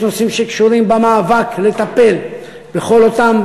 יש נושאים שקשורים במאבק לטיפול בכל אותן